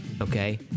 okay